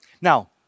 Now